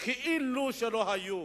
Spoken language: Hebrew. ל-100 הימים, כאילו לא היו,